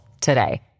today